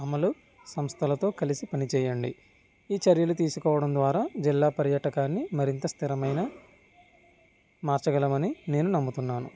అమలు సంస్థలతో కలిసి పని చేయండి ఈ చర్యలు తీసుకోవడం ద్వారా జిల్లా పర్యటకాన్ని మరింత స్థిరమైన మార్చగలమని నేను నమ్ముతున్నాను